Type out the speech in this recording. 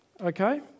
Okay